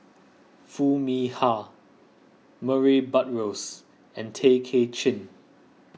Foo Mee Har Murray Buttrose and Tay Kay Chin